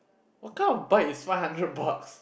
what kind of bike is five hundred bucks